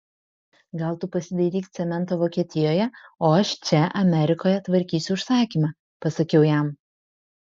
gal tu pasidairyk cemento vokietijoje o aš čia amerikoje tvarkysiu užsakymą pasakiau jam